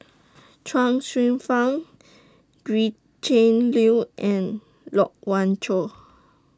Chuang Hsueh Fang Gretchen Liu and Loke Wan Tho